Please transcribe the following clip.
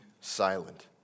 silent